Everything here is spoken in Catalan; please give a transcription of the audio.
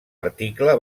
article